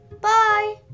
bye